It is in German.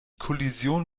kollision